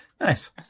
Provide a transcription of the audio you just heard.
Nice